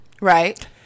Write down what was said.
right